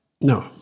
No